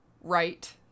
right